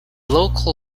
local